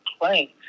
playing